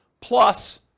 plus